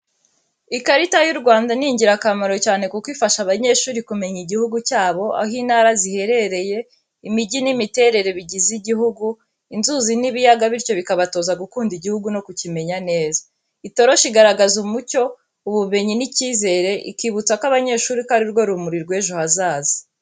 Ikarita y’u Rwanda ni ingirakamaro cyane kuko ifasha abanyeshuri kumenya igihugu cyabo, aho intara ziherereye, imijyi n’imiterere bigize igihugu, inzuzi n'ibiyaga bityo bikabatoza gukunda igihugu no kukimenya neza. Itoroshi igaragaza umucyo, ubumenyi n’icyizere, ikibutsa ko abanyeshuri ko ari rwo rumuri rw'ejo hazaza.